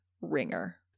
ringer